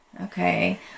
Okay